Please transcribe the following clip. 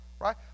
right